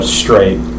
straight